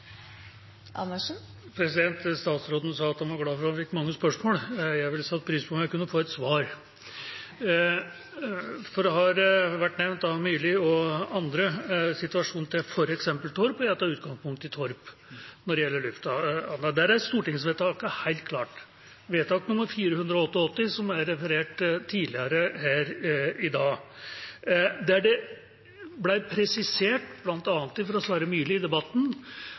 Statsråden sa at han var glad for at han fikk mange spørsmål. Jeg ville satt pris på å få et svar. Situasjonen for lufthavner, f.eks. på Torp, har vært nevnt av representanten Myrli og andre. Jeg vil ta utgangpunkt i Torp når det gjelder dette. Der er stortingsvedtaket, vedtak 488, som det ble referert fra tidligere i dag, helt klart. Det ble presisert, bl.a. fra Sverre Myrli i løpet av debatten,